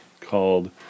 called